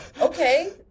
okay